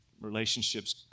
Relationships